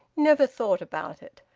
never thought about it.